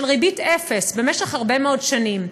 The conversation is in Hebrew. של ריבית אפס במשך הרבה מאוד שנים.